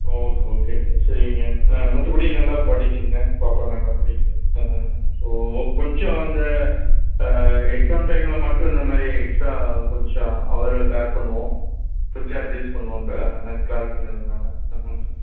okay okay சரி நீங்கள் ஆ மற்றபடி நல்லா படிக்குதுங்க பாப்பா நல்லா படிக்குது ம் ஸோ கொஞ்சம் அந்த எக்ஸாம் டைமில் மட்டும் இந்த மாதிரி எக்ஸ்ட்ரா கொஞ்சம் ஹவரு பேர் பண்ணுவோம் கொஞ்சம் அட்ஜெட் பண்ணுவோம் பே கிளாஸுங்கிறதுனால் ஆ ம்